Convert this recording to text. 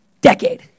Decade